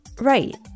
Right